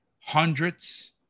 hundreds